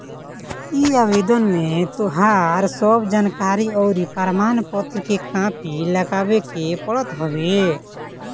उ आवेदन में तोहार सब जानकरी अउरी प्रमाण पत्र के कॉपी लगावे के पड़त हवे